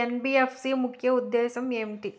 NBFC ముఖ్య ఉద్దేశం ఏంటి?